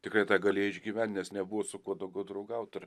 tikrai tą galėjai išgyvent nes nebuvo su kuo daugiau draugaut ar